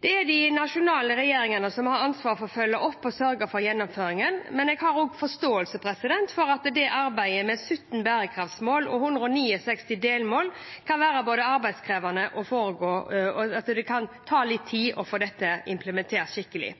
Det er de nasjonale regjeringene som har ansvaret for å følge opp og sørge for gjennomføringen, men jeg har forståelse for at arbeidet med 17 bærekraftsmål og 169 delmål kan være arbeidskrevende, og at det kan ta litt tid å få det implementert skikkelig.